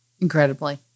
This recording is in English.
Incredibly